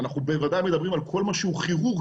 אנחנו בוודאי מדברים על כל מה שהוא כירורגיה.